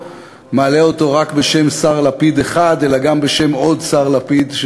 מעלה אותו רק בשם שר לפיד אחד אלא גם בשם עוד שר לפיד,